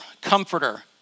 Comforter